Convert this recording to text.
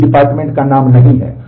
तो डिपार्टमेंट शामिल है